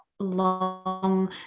long